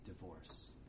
Divorce